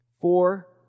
Four